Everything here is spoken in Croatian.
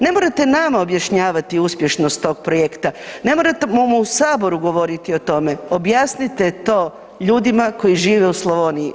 Ne morate nama objašnjavati uspješnost tog projekta, ne morate u saboru govoriti o tome, objasnite to ljudima koji žive u Slavoniji.